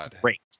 great